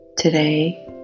Today